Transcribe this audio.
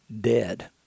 dead